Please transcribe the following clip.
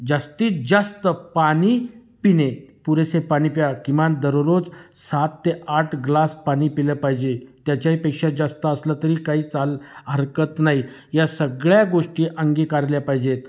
जास्तीत जास्त पाणी पिणे पुरेसे पाणी प्या किमान दररोज सात ते आठ ग्लास पाणी पिलं पाहिजे त्याच्याहीपेक्षा जास्त असलं तरी काही चाल हरकत नाही या सगळ्या गोष्टी अंगीकारल्या पाहिजेत